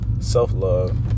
self-love